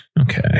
Okay